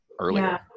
earlier